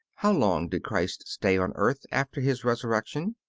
how long did christ stay on earth after his resurrection?